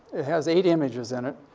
it has eight images in it.